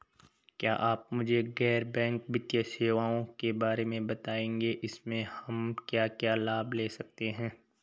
क्या आप मुझे गैर बैंक वित्तीय सेवाओं के बारे में बताएँगे इसमें हम क्या क्या लाभ ले सकते हैं?